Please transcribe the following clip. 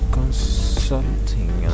consulting